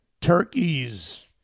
Turkey's